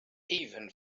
even